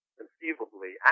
conceivably